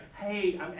hey